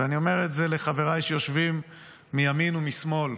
ואני אומר את זה לחבריי שיושבים מימין ומשמאל,